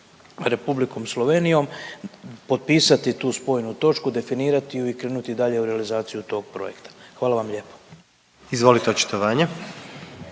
Republikom Slovenijom, potpisati tu spojnu točku, definirati ju i krenuti dalje u realizaciju tog projekta. Hvala vam lijepo. **Jandroković,